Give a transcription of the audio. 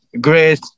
great